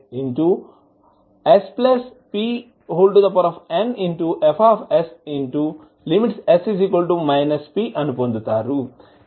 d2ds2spnF|s p అని పొందుతారు